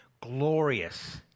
glorious